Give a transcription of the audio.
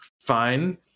fine